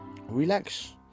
relax